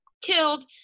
killed